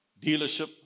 dealership